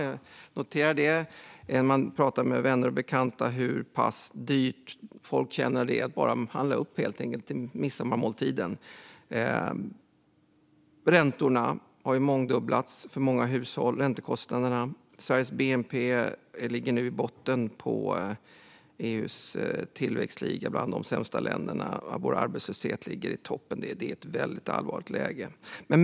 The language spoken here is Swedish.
Jag noterar när jag pratar med vänner och bekanta hur pass dyrt folk känner att det är att handla bara inför midsommarmåltiden. Räntekostnaderna har mångdubblats för många hushåll. Sveriges bnp ligger nu i botten, bland de sämsta länderna, av EU:s tillväxtliga. Och vår arbetslöshet ligger i toppen. Det är ett väldigt allvarligt läge.